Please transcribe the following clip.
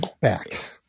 back